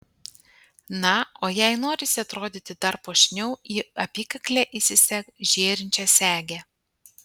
na o jei norisi atrodyti dar puošniau į apykaklę įsisek žėrinčią segę